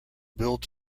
built